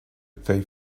they